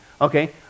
okay